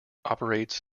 operates